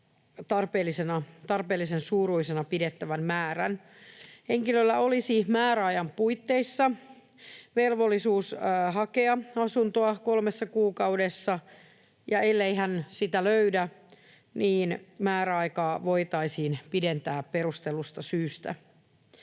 tarpeellisen suuruisena pidettävän määrän. Henkilöllä olisi määräajan puitteissa velvollisuus hakea asuntoa kolmessa kuukaudessa, ja ellei hän sitä löydä, niin määräaikaa voitaisiin pidentää perustellusta syystä.